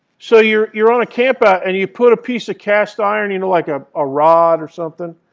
so you're you're on a campout and you put a piece of cast iron, you know like ah a rod or something,